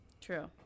true